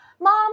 Mom